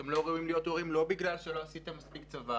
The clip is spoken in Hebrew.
אתם לא ראויים להיות הורים לא בגלל שלא עשיתם צבא,